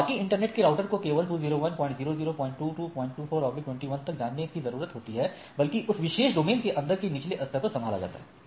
तो बाकी इंटरनेट के राउटर को केवल 201002224 21 तक जाने की जरूरत होती है बाकी उस विशेष डोमेन के अंदर के निचले स्तर पर संभाला जाता है